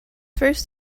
first